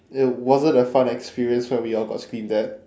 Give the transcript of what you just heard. it wasn't a fun experience when we all got screamed at